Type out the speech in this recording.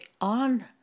on